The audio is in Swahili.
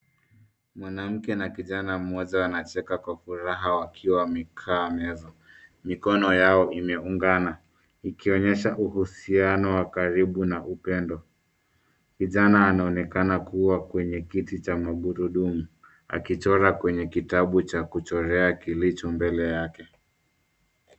Mwanamke na kijana mmoja wanacheka kwa furaha wakiwa wamekaa meza. Mikono yao imeungana ikionyesha uhusiano wa karibu na upendo. Kijana anaonekana kuwa kwenye kiti cha magurudumu, akichoro kwenye kitabu cha kuchorea kilicho mbele yake.